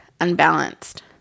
unbalanced